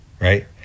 right